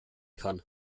kann